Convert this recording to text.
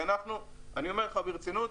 כי אני אומר לך ברצינות,